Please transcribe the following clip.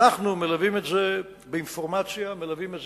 אנחנו מלווים את זה באינפורמציה ומלווים את